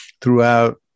throughout